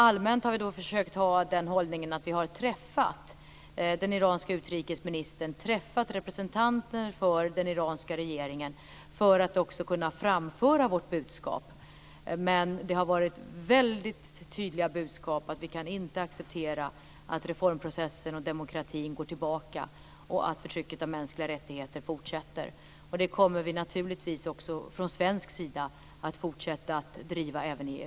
Allmänt har vi försökt ha den hållningen att vi har träffat den iranske utrikesministern och också representanter för den iranska regeringen för att också kunna framföra vårt budskap. Det har varit väldigt tydliga budskap: att vi inte kan acceptera att reformprocessen går tillbaka och att förtrycket av mänskliga rättigheter fortsätter. Det kommer vi naturligtvis också från svensk sida att fortsätta att driva, även i